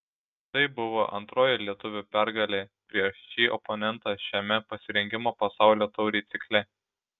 tai buvo antroji lietuvių pergalė prieš šį oponentą šiame pasirengimo pasaulio taurei cikle